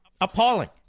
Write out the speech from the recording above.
Appalling